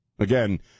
again